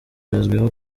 bazwiho